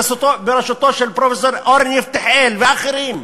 בראשותו של פרופסור אורן יפתחאל ואחרים,